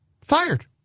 Fired